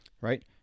right